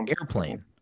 Airplane